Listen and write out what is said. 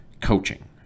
coaching